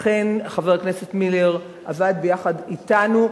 אכן, חבר הכנסת מילר עבד ביחד אתנו.